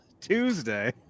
tuesday